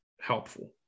helpful